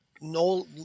no